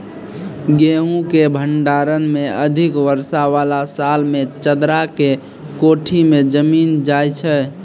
गेहूँ के भंडारण मे अधिक वर्षा वाला साल मे चदरा के कोठी मे जमीन जाय छैय?